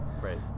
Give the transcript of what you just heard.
Right